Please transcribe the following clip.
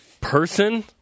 Person